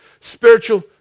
Spiritual